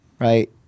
right